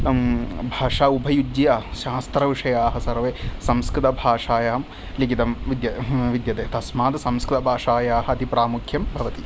भाषा उपयुज्य शास्त्रविषयाः सर्वे संकृतभाषायां लिखितं विद्य विद्यते तस्मात् संकृतभाषायाः अतिप्रामुख्यं भवति